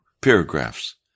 paragraphs